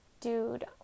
dude